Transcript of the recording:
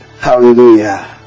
Hallelujah